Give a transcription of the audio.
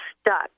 stuck